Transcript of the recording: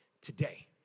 today